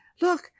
Look